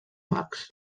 marcs